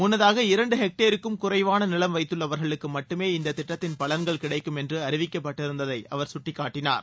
முன்னதாக இரண்டு ஹெக்டேருக்கும் குறைவான நிலம் வைத்துள்ளவர்களுக்கு மட்டுமே இந்தத் திட்டத்தின் பலன்கள் கிடைக்கும் என்று அறிவிக்கப்பட்டிருந்ததை அவர் சுட்டிக்காட்டினார்